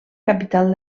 capital